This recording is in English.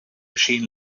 machine